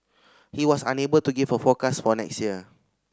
he was unable to give a forecast for next year